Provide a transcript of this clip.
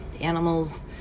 animals